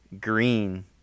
green